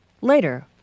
Later